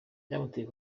byamuteye